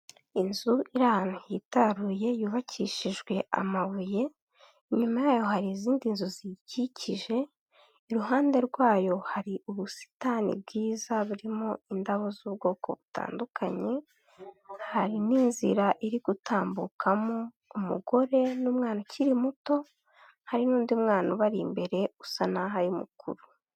Inzu iri ahantu hitaruye yubakishijwe amabuye, inyuma yayo hari izindi nzu ziyikikije, iruhande rwayo hari ubusitani bwiza burimo indabo z'ubwoko butandukanye, hari n'inzira iri gutambukamo umugore n'umwana ukiri muto, hari n'undi mwana ubari imbere usa n'aho ari mukuru.